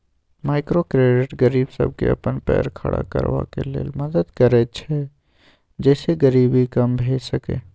micro credit गरीब सबके अपन पैर खड़ा करबाक लेल मदद करैत छै जइसे गरीबी कम भेय सकेए